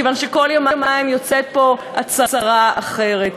כיוון שכל יומיים יוצאת פה הצהרה אחרת?